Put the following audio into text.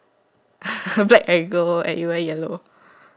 black and gold and you wear yellow